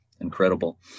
incredible